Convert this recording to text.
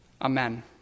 Amen